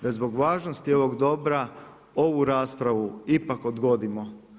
Da zbog važnosti ovog dobra ovu raspravu ipak odgodimo.